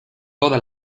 toda